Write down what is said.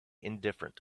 indifferent